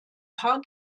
paar